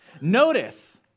Notice